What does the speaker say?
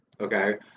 okay